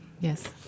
yes